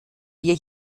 wir